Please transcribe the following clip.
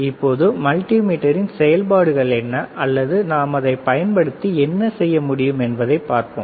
இப்போது மல்டிமீட்டரின் செயல்பாடுகள் என்ன அல்லது நாம் அதை பயன்படுத்தி என்ன செய்ய முடியும் என்பதைப் பார்ப்போம்